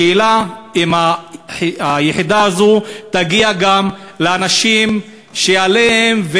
השאלה אם היחידה הזאת תגיע גם לאנשים שעליהם,